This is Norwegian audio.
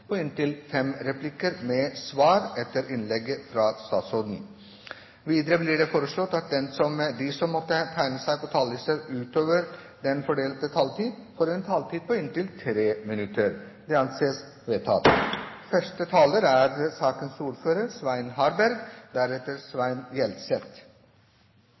inntil fem replikker med svar etter innlegget fra statsråden innenfor den fordelte taletid. Videre blir det foreslått at de som måtte tegne seg på talerlisten utover den fordelte taletid, får en taletid på inntil 3 minutter. – Det anses vedtatt.